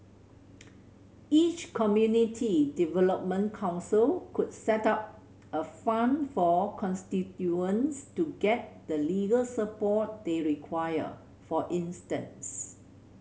each community development council could set up a fund for constituents to get the legal support they require for instance